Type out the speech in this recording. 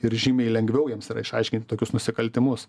ir žymiai lengviau jiems yra išaiškint tokius nusikaltimus